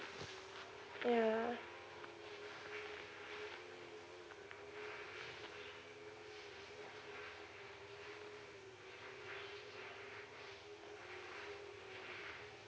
yeah